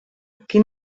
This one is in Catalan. qui